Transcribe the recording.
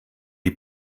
die